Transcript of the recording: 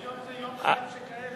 היום זה יום של "חיים שכאלה".